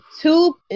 two